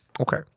Okay